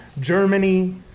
Germany